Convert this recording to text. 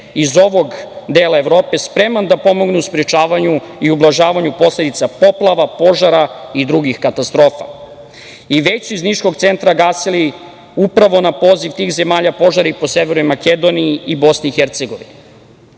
iz ovog dela Evropa spreman da pomogne u sprečavanju i ublažavanju posledica poplava, požara i drugih katastrofa i već su iz niškog centra gasili, upravo na poziv tih zemalja, požare po Severnoj Makedoniji i Bosni i Hercegovini. Sve